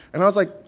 and i was like,